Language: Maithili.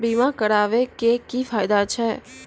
बीमा कराबै के की फायदा छै?